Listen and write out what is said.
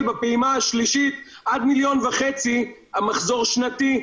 בפעימה השלישית עד מיליון וחצי המחזור שנתי,